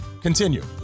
Continue